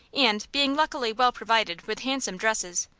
and, being luckily well provided with handsome dresses,